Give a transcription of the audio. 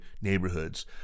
neighborhoods